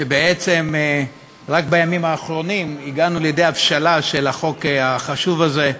שבעצם רק בימים האחרונים הגענו לידי הבשלה של החוק החשוב הזה,